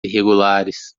irregulares